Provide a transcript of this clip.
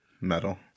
Metal